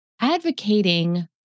advocating